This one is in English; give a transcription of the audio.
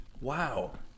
wow